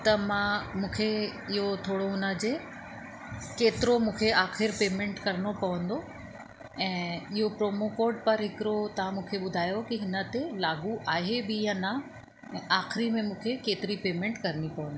त मां मूंखे इहो थोरो हुन जे केतिरो मूंखे आख़िरि पेमेंट करिणो पवंदो ऐं इहो प्रोमोकोड परि हिकिड़ो तव्हां मूंखे ॿुधायो कि हिन ते लागू आहे बि यां न आख़िरी में मूंखे केतिरी पेमेंट करिणी पवंदी